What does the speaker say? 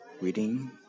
reading